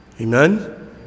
Amen